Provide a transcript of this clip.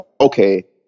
okay